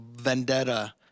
vendetta